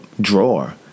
drawer